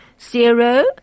zero